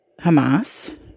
Hamas